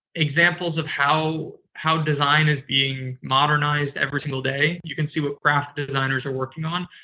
examples of how how design is being modernized every single day. you can see what craft designers are working on.